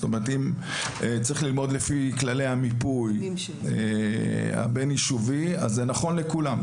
אם צריך ללמוד לפי כללי המיפוי הבין-יישובי זה נכון לכולם.